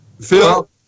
Phil